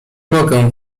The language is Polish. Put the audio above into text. mogę